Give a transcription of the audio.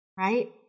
Right